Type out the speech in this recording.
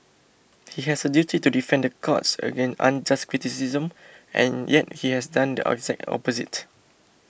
he has a duty to defend the courts against unjust criticism and yet he has done the exact opposite